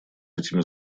этими